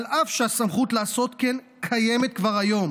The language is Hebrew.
אף שהסמכות לעשות כן קיימת כבר כיום